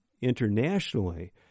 internationally